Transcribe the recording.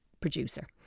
producer